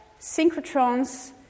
synchrotrons